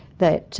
that